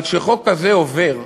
אבל כשחוק כזה עובר,